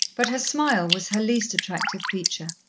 but her smile was her least attractive feature.